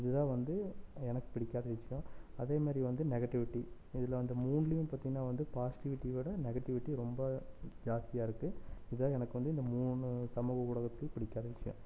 இதுதான் வந்து எனக்கு பிடிக்காத விஷயம் அதேமாதிரி வந்து நெகட்டிவிட்டி இதில் அந்த மூணுலையும் பார்த்திங்கனா வந்து பாசிட்டிவிட்டியோட நெகட்டிவிட்டி ரொம்ப ஜாஸ்தியாக இருக்கு இதுதான் எனக்கு வந்து இந்த மூணு சமூக ஊடகத்தில் பிடிக்காத விஷயம்